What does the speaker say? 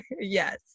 yes